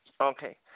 Okay